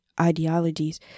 ideologies